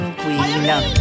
queen